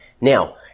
Now